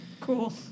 Cool